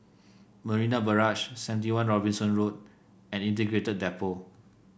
Marina Barrage Seventy One Robinson Road and Integrated Depot